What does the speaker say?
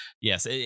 Yes